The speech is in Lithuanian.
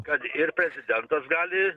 kad ir prezidentas gali